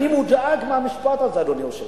אני מודאג מהמשפט הזה, אדוני היושב-ראש.